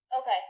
Okay